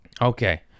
Okay